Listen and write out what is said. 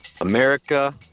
America